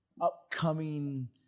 upcoming